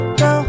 go